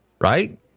right